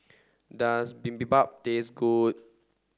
does Bibimbap taste good